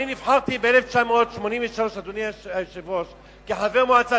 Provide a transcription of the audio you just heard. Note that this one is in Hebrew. אני נבחרתי ב-1983 כחבר מועצה,